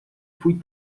fui